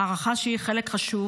מערכה שהיא חלק חשוב